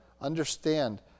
understand